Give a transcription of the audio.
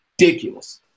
Ridiculous